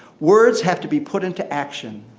words have to be put into action.